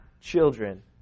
children